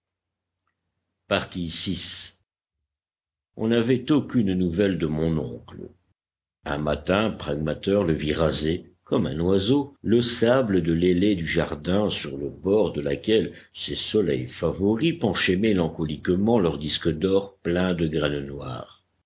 bonne on n'avait aucune nouvelle de mon oncle un matin pragmater le vit raser comme un oiseau le sable de l'ailée du jardin sur le bord de laquelle ses soleils favoris penchaient mélancoliquement leurs disques d'or pleins de graines noires